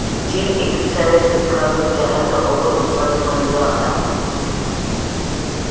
चीन एकविसाव्या शतकालो चहाचो अव्वल उत्पादक बनलो असा